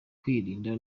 kwirinda